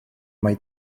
mai